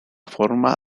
forma